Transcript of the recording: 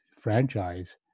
franchise